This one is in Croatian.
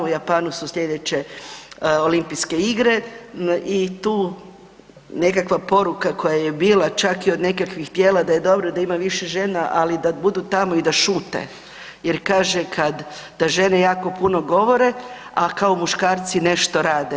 U Japanu su sljedeće Olimpijske igre i tu nekakva poruka koja je bila čak i od nekakvih tijela da je dobro da ima više žena, ali da budu tamo i da šute jer kaže da žene jako puno govore, a kao muškarci nešto rade.